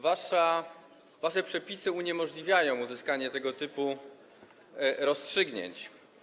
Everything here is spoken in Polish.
Wasze przepisy uniemożliwiają uzyskanie tego typu rozstrzygnięć.